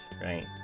Right